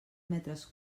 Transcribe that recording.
metres